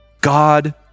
God